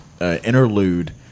interlude